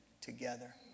together